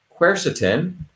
quercetin